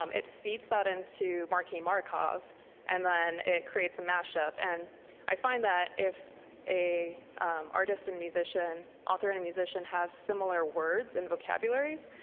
um it feeds that into marky markov and then it creates a mashup and i find that if a artist and musician, author and musician has similar words and vocabularies,